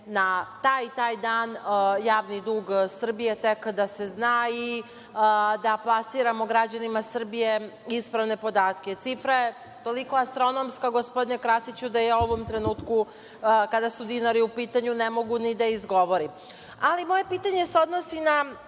na taj i taj dan, javni dug Srbije, tek da se zna i da plasiramo građanima Srbije ispravne podatke. Cifra je toliko astronomska, gospodine Krasiću, da u ovom trenutku, kada su dinari u pitanju, ne mogu ni da izgovorim. Moje pitanje se odnosi na